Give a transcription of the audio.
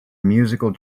musical